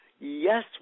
yes